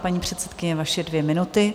Paní předsedkyně, vaše dvě minuty.